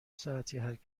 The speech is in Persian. ساعتی